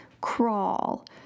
crawl